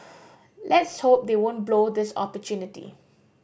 let's hope they won't blow this opportunity